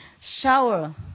shower